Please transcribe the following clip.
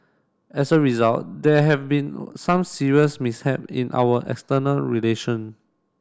as a result there have been some serious mishap in our external relation